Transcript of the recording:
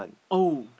oh